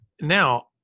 Now